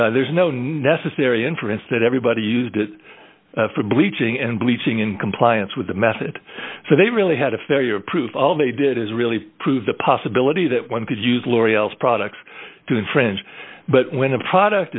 there's no necessary inference that everybody used it for bleaching and bleaching in compliance with the method so they really had a failure of proof all they did is really prove the possibility that one could use l'oreal's products to infringe but when a product